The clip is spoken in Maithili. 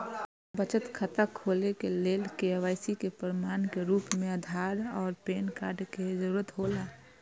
बचत खाता खोले के लेल के.वाइ.सी के प्रमाण के रूप में आधार और पैन कार्ड के जरूरत हौला